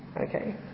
Okay